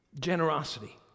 generosity